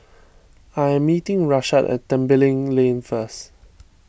I am meeting Rashaad at Tembeling Lane first